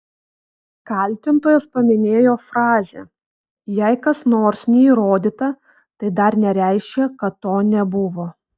kaltintojas paminėjo frazę jei kas nors neįrodyta tai dar nereiškia kad to nebuvo